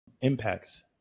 impacts